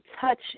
touch